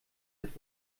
hat